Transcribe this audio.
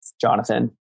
Jonathan